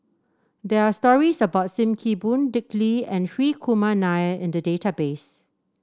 there are stories about Sim Kee Boon Dick Lee and Hri Kumar Nair in the database